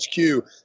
HQ